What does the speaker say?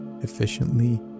efficiently